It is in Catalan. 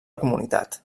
comunitat